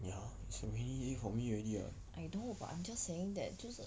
ya it's a rainy day for me already [what]